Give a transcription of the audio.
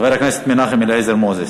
חבר הכנסת מנחם אליעזר מוזס.